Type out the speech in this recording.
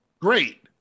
great